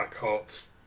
Blackheart's